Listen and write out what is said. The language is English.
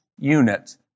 unit